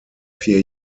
vier